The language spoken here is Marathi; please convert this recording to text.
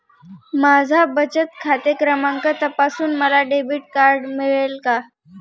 माझा बचत खाते क्रमांक तपासून मला डेबिट कार्ड मिळेल का?